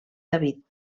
david